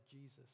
Jesus